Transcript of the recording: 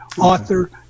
author